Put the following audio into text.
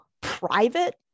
private